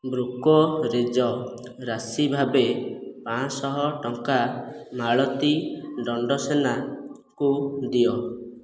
brokerage ରାଶି ଭାବେ ପାଞ୍ଚଶହ ଟଙ୍କା ମାଳତୀ ଦଣ୍ଡସେନାଙ୍କୁ ଦିଅ